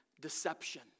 Deception